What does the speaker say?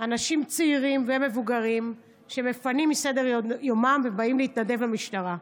אנשים צעירים ומבוגרים שמפנים מסדר-יומם ובאים להתנדב למשטרה.